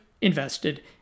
invested